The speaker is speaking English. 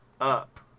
up